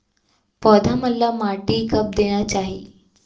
पौधा मन ला माटी कब देना चाही?